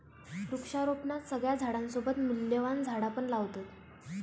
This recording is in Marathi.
वृक्षारोपणात सगळ्या झाडांसोबत मूल्यवान झाडा पण लावतत